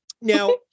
Now